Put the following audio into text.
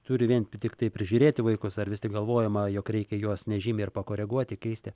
turi vien tiktai prižiūrėti vaikus ar vis tik galvojama jog reikia juos nežymiai ir pakoreguoti keisti